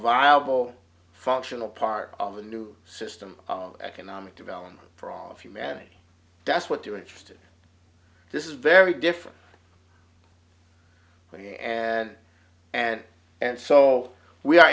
viable functional part of the new system of economic development for all of humanity that's what they're interested this is very different thing and and and so we are